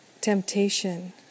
temptation